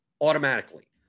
automatically